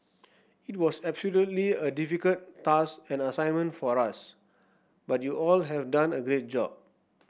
it was absolutely a difficult task and assignment for us but you all have done a great job